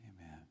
Amen